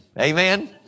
Amen